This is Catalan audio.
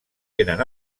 tenen